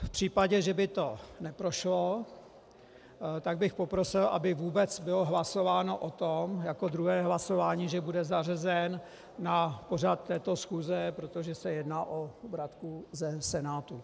V případě, že by to neprošlo, tak bych poprosil, aby vůbec bylo hlasováno o tom jako druhé hlasování, že bude zařazen na pořad této schůze, protože se jedná o vratku ze Senátu.